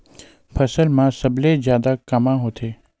फसल मा सबले जादा कामा होथे?